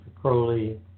Crowley